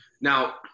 Now